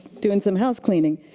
doing some house cleaning.